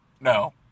No